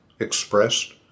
expressed